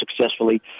successfully